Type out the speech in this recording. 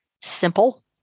simple